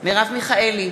מרב מיכאלי,